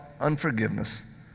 unforgiveness